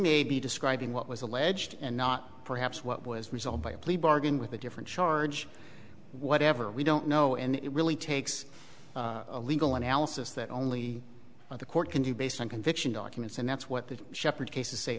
may be describing what was alleged and not perhaps what was resolved by a plea bargain with a different charge whatever we don't know and it really takes a legal analysis that only what the court can do based on conviction documents and that's what the sheppard cases say